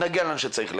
נגיע לאן שצריך להגיע.